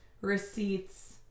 receipts